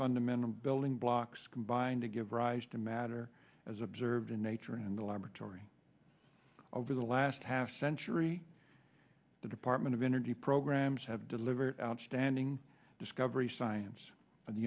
fundamental building blocks combine to give rise to matter as observed in nature in the laboratory over the last half century the department of energy programs have delivered outstanding discovery science in the